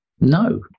no